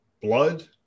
blood